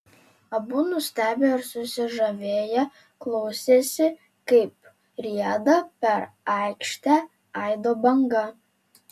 abu nustebę ir susižavėję klausėsi kaip rieda per aikštę aido banga